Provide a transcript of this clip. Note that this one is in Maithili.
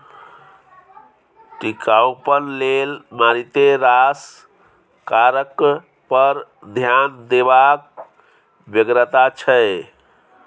टिकाउपन लेल मारिते रास कारक पर ध्यान देबाक बेगरता छै